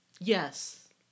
Yes